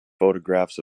photographs